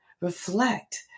Reflect